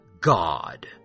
God